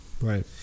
Right